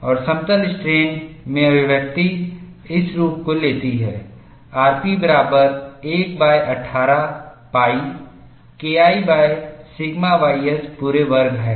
और समतल स्ट्रेन में अभिव्यक्ति इस रूप को लेती है rp बराबर 118 pi KI सिग्मा ys पूरे वर्ग है